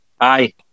Aye